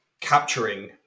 capturing